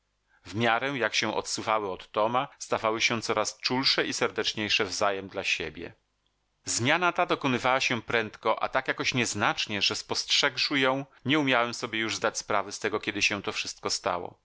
w miarę jak się odsuwały od toma stawały się coraz czulsze i serdeczniejsze wzajem dla siebie zmiana ta dokonywała się prędko a tak jakoś nieznacznie że spostrzegłszy ją nie umiałem sobie już zdać sprawy z tego kiedy się to wszystko stało